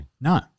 No